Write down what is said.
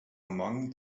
among